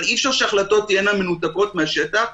אבל אי-אפשר שההחלטות תהיינה מנותקות מהשטח,